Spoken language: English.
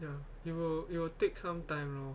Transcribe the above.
ya it will it will take some time lor